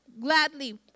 gladly